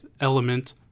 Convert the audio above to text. Element